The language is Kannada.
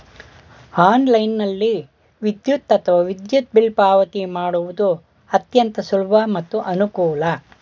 ಆನ್ಲೈನ್ನಲ್ಲಿ ವಿದ್ಯುತ್ ಅಥವಾ ವಿದ್ಯುತ್ ಬಿಲ್ ಪಾವತಿ ಮಾಡುವುದು ಅತ್ಯಂತ ಸುಲಭ ಮತ್ತು ಅನುಕೂಲ